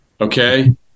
Okay